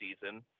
season